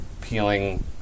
peeling